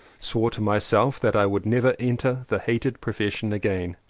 swore to myself that i would never enter the hated profession again.